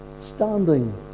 standing